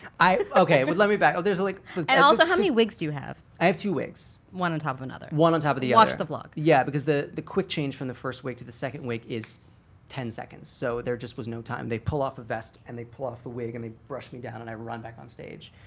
i, okay, but let me back up. there's a like and also how many wigs do you have? i have two wigs. one on top of another. one on top of the other watch the vlog. yeah, because the the quick change from the first wig to the second wig is ten seconds, so there just was no time they pull off a vest and they pull off the wig. and they brush me down and i run back onstage.